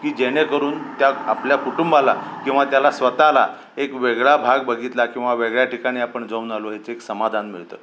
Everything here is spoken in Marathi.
की जेणेकरून त्या आपल्या कुटुंबाला किंवा त्याला स्वतःला एक वेगळा भाग बघितला किंवा वेगळ्या ठिकाणी आपण जाऊन आलो ह्याचं एक समाधान मिळतं